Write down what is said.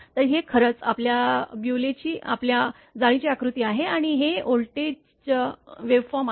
तर हे खरंच आपल्या ब्युलेची आपल्या जाळीचे आकृती आहे आणि हे व्होल्टेज वेव्हफॉर्म आहे